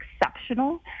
exceptional